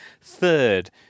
third